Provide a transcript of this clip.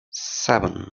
seven